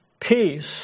peace